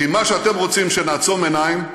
כי מה שאתם רוצים זה שנעצום עיניים,